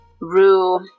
Rue